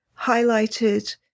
highlighted